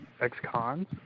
ex-cons